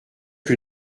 que